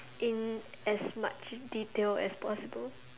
in as much detail as possible